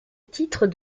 titre